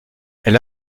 elle